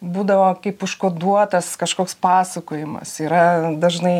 būdavo kaip užkoduotas kažkoks pasakojimas yra dažnai